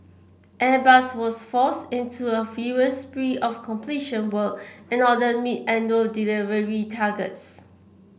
airbus was forced into a furious spree of completion work in order meet annual delivery targets